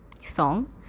song